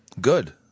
Good